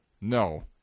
No